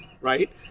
right